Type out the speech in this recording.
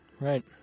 right